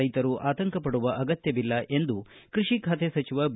ರೈತರು ಆತಂಕಪಡುವ ಅಗತ್ಯವಿಲ್ಲ ಎಂದು ಕೃಷಿ ಖಾತೆ ಸಚಿವ ಬಿ